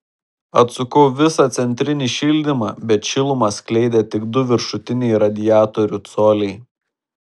atsukau visą centrinį šildymą bet šilumą skleidė tik du viršutiniai radiatorių coliai